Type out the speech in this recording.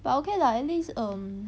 but okay lah at least err